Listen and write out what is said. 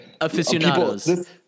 Aficionados